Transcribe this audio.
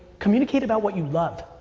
communicate about what you love.